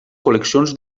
col·leccions